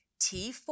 T4